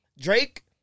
Drake